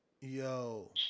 yo